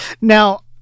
Now